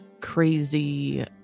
crazy